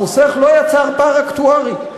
החוסך לא יצר פער אקטוארי.